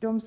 De